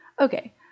Okay